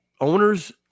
owners